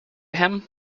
him